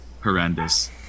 horrendous